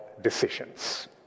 Decisions